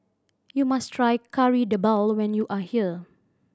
you must try Kari Debal when you are here